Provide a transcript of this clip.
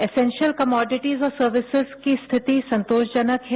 essential commodities और services की स्थिति संतोषजनक हैं